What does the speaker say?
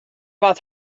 wat